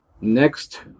next